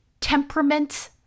temperament